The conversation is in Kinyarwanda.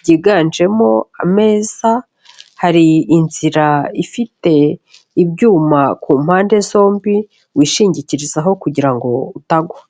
byiganjemo ameza, hari inzira ifite ibyuma ku mpande zombi wishingikirizaho kugira ngo utagwa.